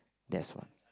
that's what